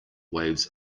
waves